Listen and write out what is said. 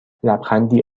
لبخندی